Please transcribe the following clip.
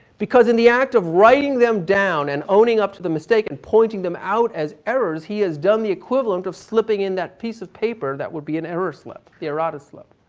because in the act of writing them down, and owning up to the mistake, and pointing them out as errors, he has done the equivalent of slipping in that piece of paper that would be an error slip, the errata slip.